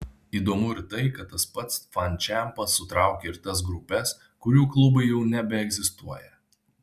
įdomu ir tai kad tas pats fančempas sutraukia ir tas grupes kurių klubai jau nebeegzistuoja